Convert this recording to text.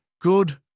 Good